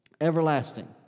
Everlasting